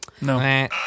No